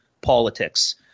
politics